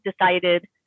decided